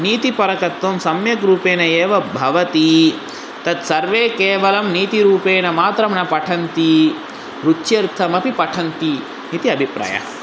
नीतिपरकत्वं सम्यक्रूपेण एव भवति तद् सर्वे केवलं नीतिरूपेण मात्रं न पठन्ति रुच्यर्थमपि पठन्ति इति अभिप्रायः